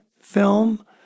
film